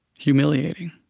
humiliating.